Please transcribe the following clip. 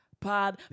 pod